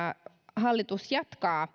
hallitus jatkaa